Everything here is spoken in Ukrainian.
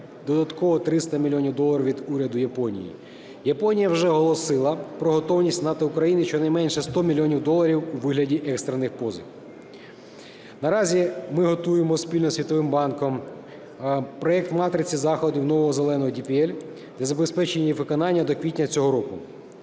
додатково 300 мільйонів доларів від уряду Японії. Японія вже оголосила про готовність надати Україні щонайменше 100 мільйоні доларів у вигляді екстрених позик. Наразі ми готуємо спільно із Світовим банком проект матриці заходів нового "зеленого" DPL та забезпечення їх виконання до квітня цього року.